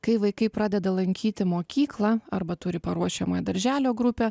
kai vaikai pradeda lankyti mokyklą arba turi paruošiamąją darželio grupę